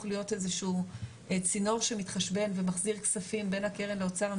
להיות איזשהו צינור שמתחשבן ומחזיר כספים בין הקרן לאוצר המדינה,